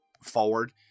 forward